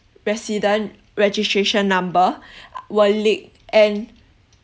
resident registration number were leaked and